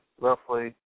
roughly